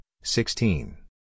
sixteen